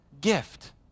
gift